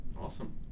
Awesome